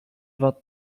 vingt